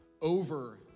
over